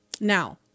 now